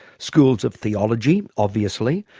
schools of theology obviously,